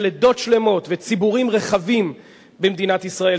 עדות שלמות וציבורים רחבים במדינת ישראל,